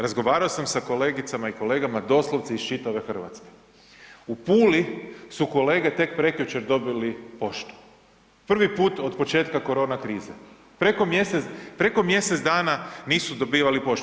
Razgovarao sam sa kolegicama i kolegama doslovce iz čitave Hrvatske, u Puli su kolege tek prekjučer dobili poštu, prvi put od početka korona krize, preko mjesec dana nisu dobivali poštu.